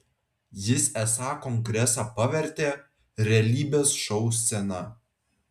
jis esą kongresą pavertė realybės šou scena